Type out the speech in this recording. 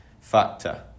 factor